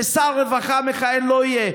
ושר הרווחה מכהן לא יהיה.